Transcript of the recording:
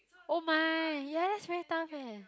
oh my ya that's very dumb eh